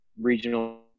regional